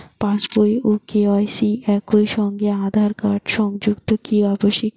পাশ বই ও কে.ওয়াই.সি একই সঙ্গে আঁধার কার্ড সংযুক্ত কি আবশিক?